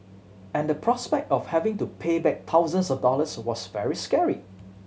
and the prospect of having to pay back thousands of dollars was very scary